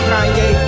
Kanye